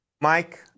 Mike